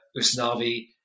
usnavi